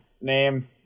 name